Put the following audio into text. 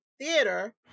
theater